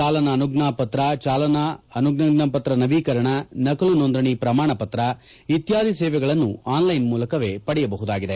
ಚಾಲನಾ ಅನುಜ್ಜಾ ಪತ್ರ ಚಾಲನಾ ಅನುಜ್ಜಾ ಪತ್ರ ನವೀಕರಣ ನಕಲು ನೋಂದಣಿ ಪ್ರಮಾಣ ಪತ್ರ ಇತ್ಕಾದಿ ಸೇವೆಗಳನ್ನು ಆನ್ ಲೈನ್ ಮೂಲಕವೇ ಪಡೆಯಬಹುದಾಗಿದೆ